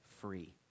free